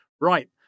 Right